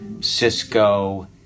Cisco